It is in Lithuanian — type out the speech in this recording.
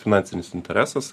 finansinis interesas